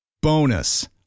Bonus